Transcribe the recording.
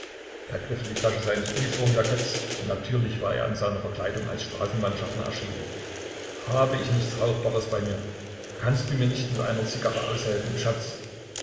griff in die tasche seines uniformjacketts natürlich war er in seiner verkleidung als straßenbahnschaffner erschienen habe ich nichts rauchbares bei mir kannst du mir nicht mit einer zigarre aushelfen schatz